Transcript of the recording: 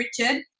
Richard